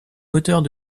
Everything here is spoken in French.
moteurs